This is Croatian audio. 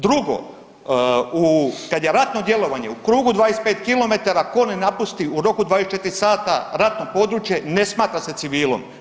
Drugo, kad je ratno djelovanje u krugu 25 kilometara, ko ne napusti u roku 24 sata ratno područje ne smatra se civilnom.